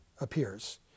appears